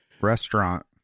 restaurant